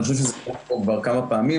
אני חושב שזה עלה כבר כמה פעמים,